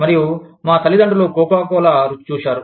మరియు మా తల్లిదండ్రులు కోకాకోలా రుచి చూశారు